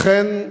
אכן,